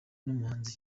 n’umuhanzi